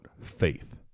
faith